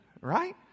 right